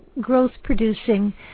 growth-producing